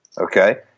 Okay